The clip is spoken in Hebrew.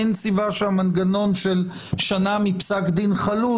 אין סיבה שהמנגנון של שנה מפסק דין חלוט